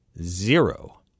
zero